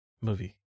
movie